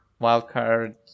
Wildcard